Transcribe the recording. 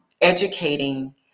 educating